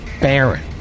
Baron